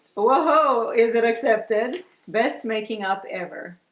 whoa-ho is it accepted best making-up ever?